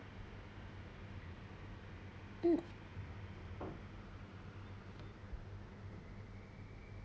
mm